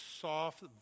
soft